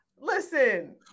listen